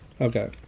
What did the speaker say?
okay